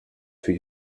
für